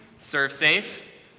servsafe,